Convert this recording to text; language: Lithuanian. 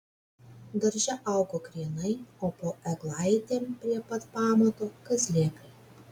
darže augo krienai o po eglaitėm prie pat pamato kazlėkai